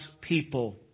people